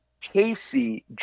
Casey